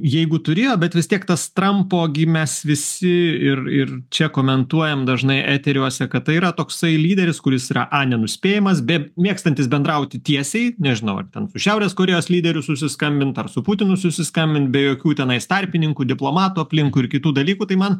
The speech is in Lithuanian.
jeigu turėjo bet vis tiek tas trampo gi mes visi ir ir čia komentuojam dažnai eteriuose kad tai yra toksai lyderis kuris yra a nenuspėjamas b mėgstantis bendrauti tiesiai nežinau ar ten su šiaurės korėjos lyderiu susiskambint ar su putinu susiskambint be jokių tenais tarpininkų diplomatų aplinkui ir kitų dalykų tai man